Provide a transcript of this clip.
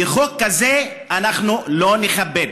וחוק כזה אנחנו לא נכבד.